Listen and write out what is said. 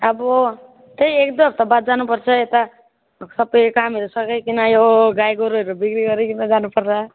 अब त्यही एक दुई हफ्ताबाद जानुपर्छ यता सबैको कामहरू सघाइकन यो गाई गोरुहरू बिक्री गरिकन जानुपर्ला